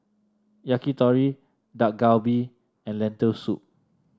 Yakitori Dak Galbi and Lentil Soup